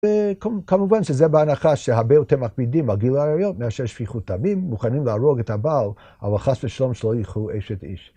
כמובן שזה בהנחה שהרבה יותר מקפידים על גילוי עריות מאשר שפיכות דמים, מוכנים להרוג את הבעל אבל חס ושלום שלא יקחו אשת איש.